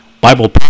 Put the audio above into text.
Bible